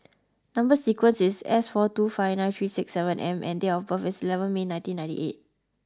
number sequence is S four two five nine three six seven M and date of birth is eleven May nineteen ninety eight